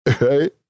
right